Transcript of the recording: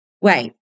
wait